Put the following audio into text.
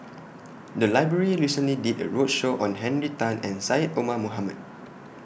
The Library recently did A roadshow on Henry Tan and Syed Omar Mohamed